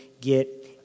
get